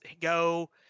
go